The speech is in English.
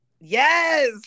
yes